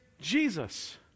Jesus